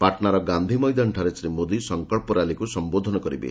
ପାଟ୍ନାର ଗାନ୍ଧି ମୈଦାନଠାରେ ଶ୍ରୀ ମୋଦି ସଂକଳ୍ପ ର୍ୟାଲିକୁ ସମ୍ବୋଧନ କରିବେ